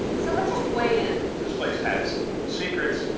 so, let's just weigh in. this place has secrets.